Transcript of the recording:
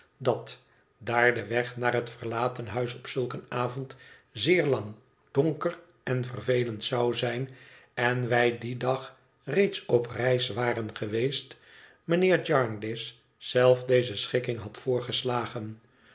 dat daar de weg naar het verlaten huis op zulk een avond zeer lang donker en vervelend zou zijn en wij dien dag reeds op reis waren geweest mijnheer jarndyce zelf deze schikking had